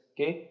Okay